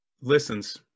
listens